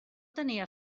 tenia